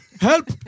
help